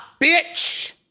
bitch